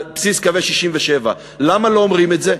על בסיס קווי 67'. למה לא אומרים את זה?